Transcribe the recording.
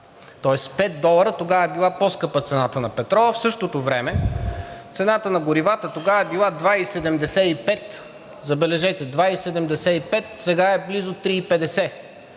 пет долара тогава е била по-скъпа цената на петрола, в същото време цената на горивата тогава е била 2,75, забележете, 2,75, сега е близо 3,50